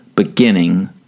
beginning